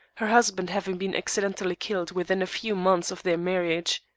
her husband having been accidentally killed within a few months of their marriage.